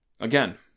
Again